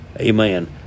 Amen